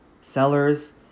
sellers